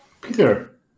Peter